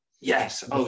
Yes